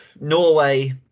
Norway